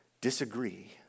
disagree